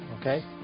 Okay